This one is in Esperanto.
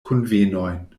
kunvenojn